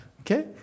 Okay